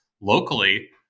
locally